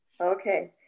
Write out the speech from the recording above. Okay